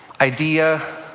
idea